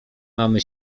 mamy